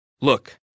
Look